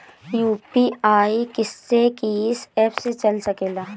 UPI किस्से कीस app से चल सकेला?